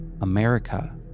America